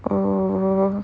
uh